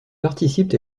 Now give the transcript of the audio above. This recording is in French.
participent